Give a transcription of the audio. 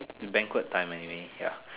banquet time anyway ya